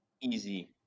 Easy